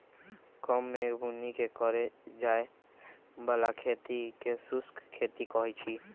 कम मेघ बुन्नी के करे जाय बला खेती के शुष्क खेती कहइ छइ